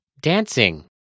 dancing